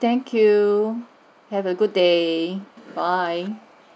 thank you have a good day bye